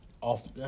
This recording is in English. off